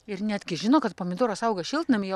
ir netgi žino kad pomidoras auga šiltnamyje